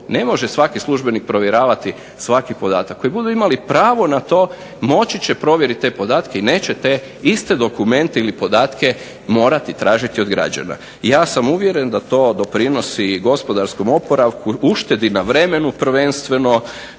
Ne može svaki službenik provjeravati svaki podatak, koji budu imali pravo na to moći će provjerit te podatke i neće te iste dokumente ili podatke morati tražiti od građana. Ja sam uvjeren da to doprinosi i gospodarskom oporavku, uštedi na vremenu prvenstveno,